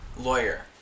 Lawyer